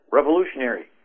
Revolutionary